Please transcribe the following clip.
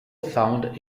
found